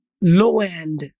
low-end